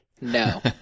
No